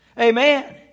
Amen